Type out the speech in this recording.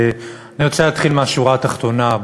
אני רוצה להתחיל מהשורה התחתונה.